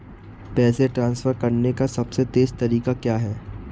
पैसे ट्रांसफर करने का सबसे तेज़ तरीका क्या है?